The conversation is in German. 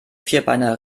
vierbeiner